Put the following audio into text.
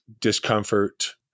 discomfort